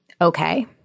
okay